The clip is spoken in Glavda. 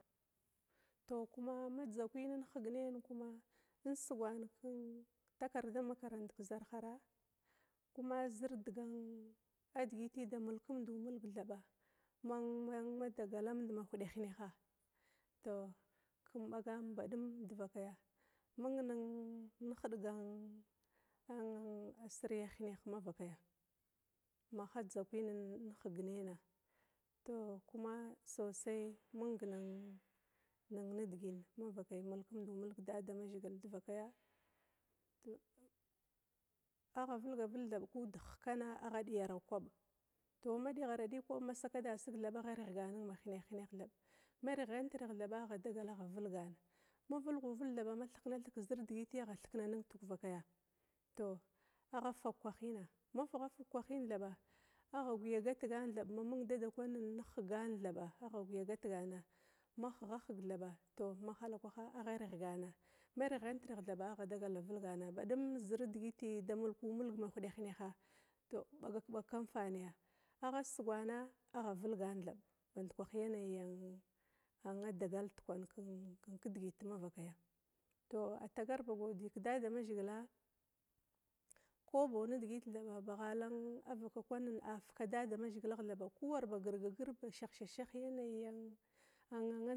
Tou kuma dzakwin in hegnain kuma in sigwan ke takirda makarant kezarhara kuma zir digiti da mulkumdu mulg thaba mang mang dagalamda ma huda hineha, tou kum ɓaga dadum badvakaya mung nihidiga asiri hineha badum mavakaya ma ha dzakwin hignaina, mung nung sosai nung nidigina mavakaya adaba damazhigil divakaya agha vilga vilg kud hikana agha vilar kwab, ma dihara dig kwab, tou ma dihara dig kwaɓ ma saka dasig agha righgana ma hinenh thaɓ, ma righan righigina agha vilgana, ma vulghu vulg thaɓa ma thihkinathig kezir digiti athikina nna tukvakaya, tou agha fakwahina, ma fighfitg kwahina agah gwiya gatgan thab mamung dadakwanin higan thaba agha guga gatgana, ma highahiga, a gwiya righgana, ma righant righig thaba a guwa dagal da vilgana badum zir digiti da mulku mulg ma huda hineha, tou bagakbag kamfania. Agha sugana, agha vulgan thaba bankwah yanayi ann da gala dekwan kidigit, tou atagar ba kodiy kedadamazhigila. ko bau nidigit thaba ba ghala vaka kwan a fika damazhigi lagh thaba ba ku war ba girgagir ba shahsha shah yanayi ann an.